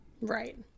Right